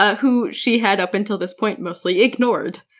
ah who she had up until this point mostly ignored.